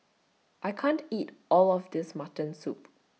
I can't eat All of This Mutton Soup